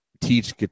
Teach